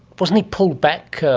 wasn't he pulled back,